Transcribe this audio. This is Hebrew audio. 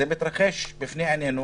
זה מתרחש אל מול עינינו,